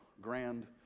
grand